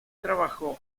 trabajó